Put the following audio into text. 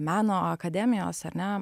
meno akademijos ar ne